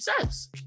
says